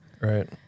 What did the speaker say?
Right